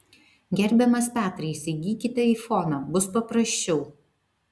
gerbiamas petrai įsigykite aifoną bus paprasčiau